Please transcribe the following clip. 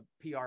pr